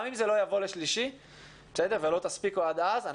גם אם זה לא יבוא עד יום שלישי ולא תספיקו עד אז,